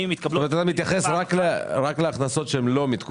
כלומר אתה מתייחס רק להכנסות שהן לא מן התקופה.